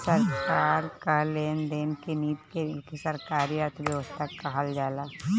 सरकार कअ लेन देन की नीति के सरकारी अर्थव्यवस्था कहल जाला